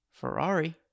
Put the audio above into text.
Ferrari